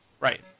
Right